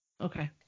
Okay